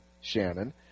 Shannon